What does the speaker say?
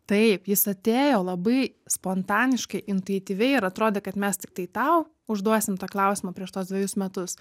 taip jis atėjo labai spontaniškai intuityviai ir atrodė kad mes tiktai tau užduosim tą klausimą prieš tuos dvejus metus